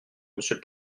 monsieur